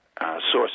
Sources